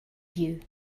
you